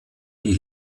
die